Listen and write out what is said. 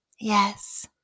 Yes